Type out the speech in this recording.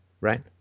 right